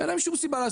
אין להם שום סיבה.